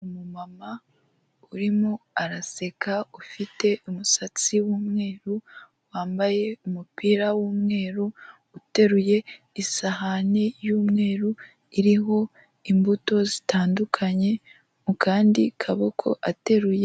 Umumama urimo araseka, ufite umusatsi w'umweru, wambaye umupira w'umweru, uteruye isahani y'umweru iriho imbuto zitandukanye, mu kandi kaboko ateruye...